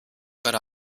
got